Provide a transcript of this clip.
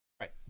Right